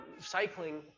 cycling